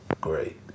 great